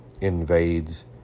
invades